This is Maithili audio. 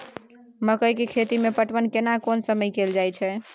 मकई के खेती मे पटवन केना कोन समय कैल जाय?